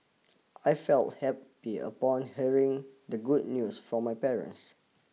I felt happy upon hearing the good news from my parents